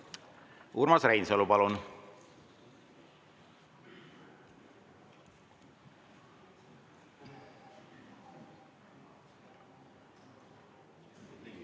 Urmas Reinsalu, palun!